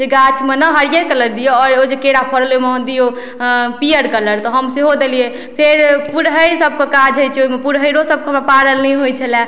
जे गाछमे ने हरियर कलर दियौ आओर ओ जे केरा फड़ल अइ ओइमे दियौ पीयर कलर तऽ हम सेहो देलियै फेर पुरहरि सबके काज होइ छै ओइमे पुरहैरो सबके हमरा पाड़ल नहि होइ छलै